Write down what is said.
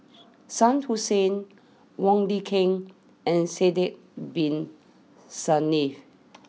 Shah Hussain Wong Lin Ken and Sidek Bin Saniff